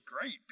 great